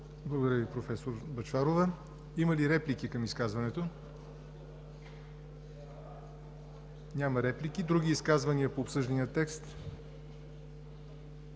Благодаря Ви, професор Бъчварова. Има ли реплики към изказването? Няма. Други изказвания по обсъждания текст?